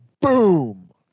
boom